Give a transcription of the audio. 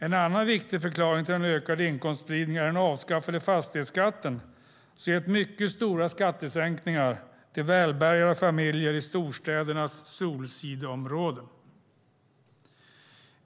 En annan viktig förklaring till den ökade inkomstspridningen är den avskaffade fastighetsskatten, som gett mycket stora skattesänkningar till välbärgade familjer i storstädernas solsideområden.